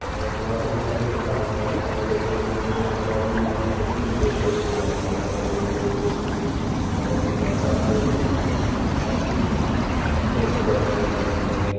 اور جہاں تک میں نے ابھی تک پاکستانی فلمیں دیکھی ہیں ان میں بہت ہی بہترین پیشکش کی جاتی ہے ایک بہت ہی نایاب ایکٹنگ ایکٹرس کے دوارا کی جاتی ہے